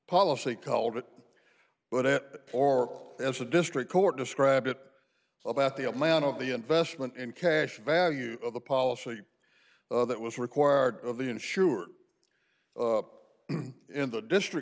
policy called it but it or as a district court described it about the amount of the investment in cash value of the policy that was required of the insured in the district